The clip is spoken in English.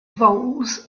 voles